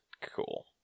Cool